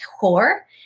core